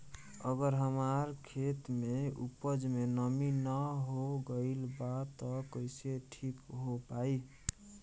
अगर हमार खेत में उपज में नमी न हो गइल बा त कइसे ठीक हो पाई?